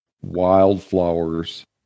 wildflowers